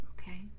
Okay